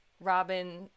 Robin